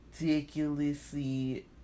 ridiculously